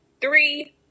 three